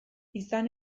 izan